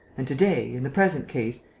and to-day, in the present case,